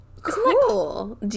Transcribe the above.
Cool